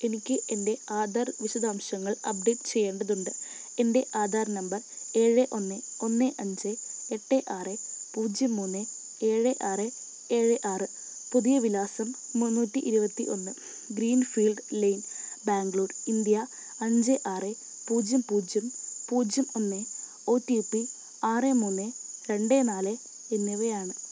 എനിക്ക് എൻറ്റെ ആധാർ വിശദാംശങ്ങൾ അപ്ഡേറ്റ് ചെയ്യേണ്ടതുണ്ട് എൻറ്റെ ആധാർ നമ്പർ ഏഴ് ഒന്ന് ഒന്ന് അഞ്ച് എട്ട് ആറ് പൂജ്യം മൂന്ന് ഏഴ് ആറ് ഏഴ് ആറ് പുതിയ വിലാസം മുന്നൂറ്റി ഇരുപത്തി ഒന്ന് ഗ്രീൻഫീൽഡ് ലേയ്ൻ ബാങ്ക്ലൂർ ഇന്ത്യ അഞ്ച് ആറ് പൂജ്യം പൂജ്യം പൂജ്യം ഒന്ന് ഒ ടി പി ആറ് മൂന്ന് രണ്ട് നാല് എന്നിവയാണ്